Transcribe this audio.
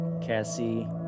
Cassie